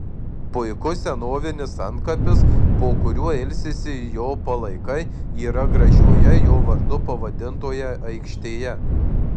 puikus senovinis antkapis po kuriuo ilsisi jo palaikai yra gražioje jo vardu pavadintoje aikštėje